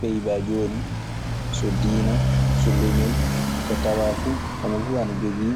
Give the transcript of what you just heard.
Peybaa jooni, so diina, so leñol. Ko tawaa fuu, homo fuu ana jogii